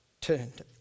turned